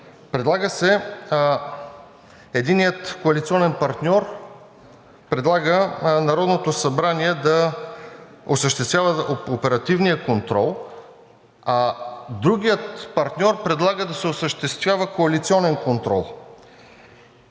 събрание. Единият коалиционен партньор предлага Народното събрание да осъществява оперативния контрол, а другият партньор предлага да се осъществява коалиционен контрол.